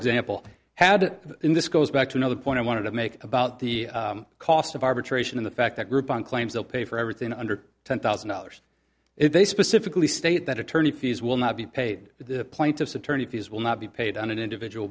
example had it in this goes back to another point i wanted to make about the cost of arbitration in the fact that groupon claims they'll pay for everything under ten thousand dollars if they specifically state that attorney fees will not be paid the plaintiff's attorney fees will not be paid on an individual